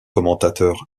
commentateur